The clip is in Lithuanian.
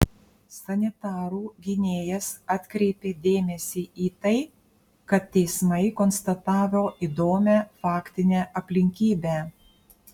sanitarų gynėjas atkreipė dėmesį į tai kad teismai konstatavo įdomią faktinę aplinkybę